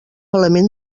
element